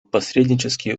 посреднические